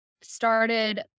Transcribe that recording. started